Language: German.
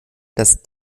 dass